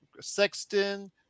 Sexton